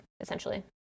essentially